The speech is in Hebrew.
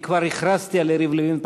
אני כבר הכרזתי על יריב לוין.